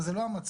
אבל זה לא מצב.